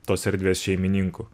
tos erdvės šeimininkų